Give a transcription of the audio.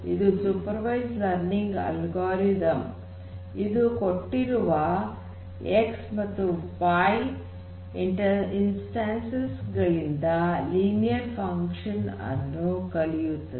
ಇದು supervised learning algorithm ಇದು ಕೊಟ್ಟಿರುವ X ಮತ್ತು Y ಇನ್ಸ್ಟನ್ಸಸ್ ಗಳಿಂದ ಲೀನಿಯರ್ ಫನ್ ಕ್ಷನ್ ಅನ್ನು ಕಲಿಯುತ್ತದೆ